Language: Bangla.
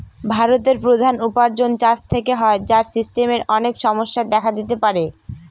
ভারতের প্রধান উপার্জন চাষ থেকে হয়, যার সিস্টেমের অনেক সমস্যা দেখা দিতে পারে